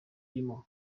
irimo